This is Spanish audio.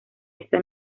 esa